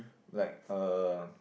like uh